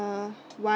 uh why